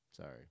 Sorry